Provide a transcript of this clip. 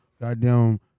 Goddamn